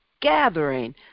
gathering